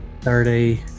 thirty